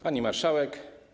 Pani Marszałek!